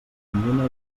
tonyina